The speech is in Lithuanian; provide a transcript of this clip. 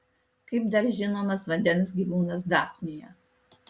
kaip dar žinomas vandens gyvūnas dafnija